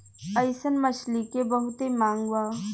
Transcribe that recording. अइसन मछली के बहुते मांग बा